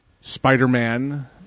Spider-Man